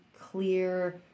clear